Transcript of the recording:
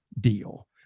deal